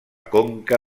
conca